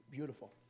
Beautiful